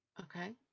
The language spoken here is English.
Okay